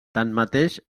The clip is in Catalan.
tanmateix